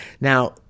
now